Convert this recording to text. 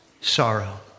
sorrow